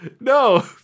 No